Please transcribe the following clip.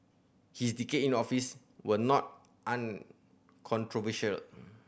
his decade in the office were not uncontroversial